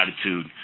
attitude